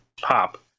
pop